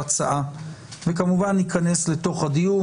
הצעה וכמובן ניכנס לתוך הדיון.